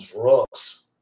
drugs